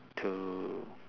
two